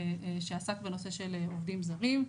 שעסק בנושא של עובדים זרים,